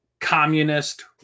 communist